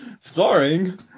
Starring